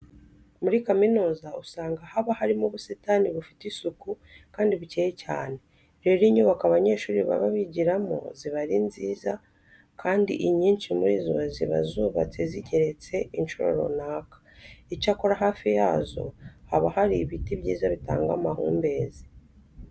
Muri kaminuza usanga haba harimo ubusitani bufite isuku kandi bukeye cyane. Rero inyubako abanyeshuri baba bigiramo ziba ari nziza kandi inyinshi muri zo ziba zubabate zigeretse incuro runaka. Icyakora hafi yazo haba hari ibiti byiza bitanga amahumbezi.